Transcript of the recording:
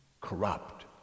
corrupt